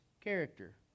character